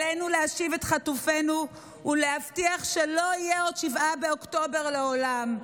עלינו להשיב את חטופינו ולהבטיח שלא יהיה עוד 7 באוקטובר לעולם.